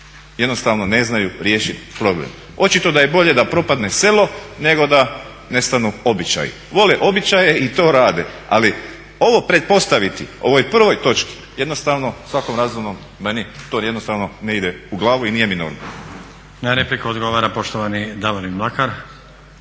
jednostavno ne znaju riješit problem. Očito da je bolje da propadne selo nego da nestanu običaji. Vole običaje i to rade, ali ovo pretpostaviti ovoj prvoj točki jednostavno svakom razumnom, meni to jednostavno ne ide u glavu i nije mi normalno. **Stazić, Nenad (SDP)** Na repliku odgovara poštovani Davorin Mlakar.